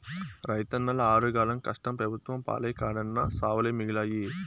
రైతన్నల ఆరుగాలం కష్టం పెబుత్వం పాలై కడన్నా సావులే మిగిలాయి